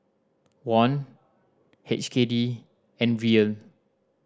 Won H K D and Riel